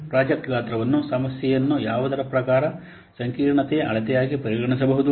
project ಗಾತ್ರವನ್ನು ಸಮಸ್ಯೆಯನ್ನು ಯಾವುದರ ಪ್ರಕಾರ ಸಂಕೀರ್ಣತೆಯ ಅಳತೆಯಾಗಿ ಪರಿಗಣಿಸಬಹುದು